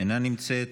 אינה נמצאת.